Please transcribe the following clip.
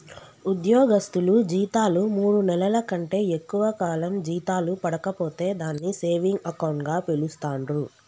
ఉద్యోగస్తులు జీతాలు మూడు నెలల కంటే ఎక్కువ కాలం జీతాలు పడక పోతే దాన్ని సేవింగ్ అకౌంట్ గా పిలుస్తాండ్రు